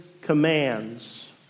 commands